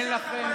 אין לכם,